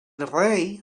rei